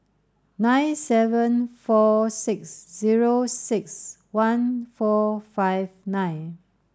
nine seven four six zero six one four five nine